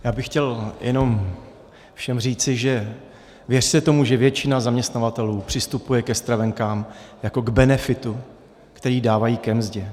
Já bych chtěl jenom všem říci, že věřte tomu, že většina zaměstnavatelů přistupuje ke stravenkám jako k benefitu, který dávají ke mzdě.